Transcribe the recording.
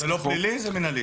זה לא פלילי, זה מנהלי.